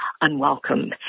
unwelcome